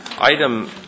Item